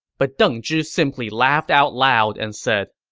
but deng zhi simply laughed out loud and said,